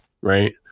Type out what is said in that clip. Right